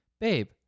Babe